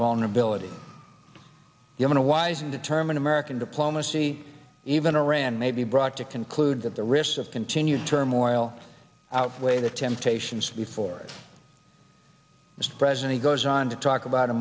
vulnerability human wise and determined american diplomacy even iran may be brought to conclude that the risks of continued turmoil outweigh the temptations before it mr president goes on to talk about a